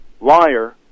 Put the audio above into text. liar